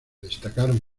destacaron